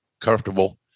comfortable